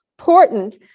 important